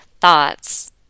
thoughts